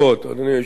אדוני היושב-ראש,